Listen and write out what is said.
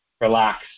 relax